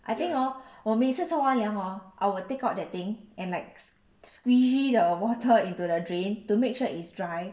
I think hor 我每次冲完凉 hor I will take out that thing and like squeezy the water into the drain to make sure it's dry